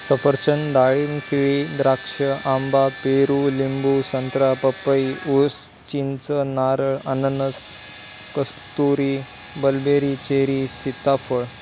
सफरचंद डाळिंब केळी द्राक्ष आंबा पेरू लिंबू संत्रा पपई ऊस चिंच नारळ अननस कस्तुरी मलबेरी चेरी सीताफळ